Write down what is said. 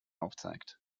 aufzeigt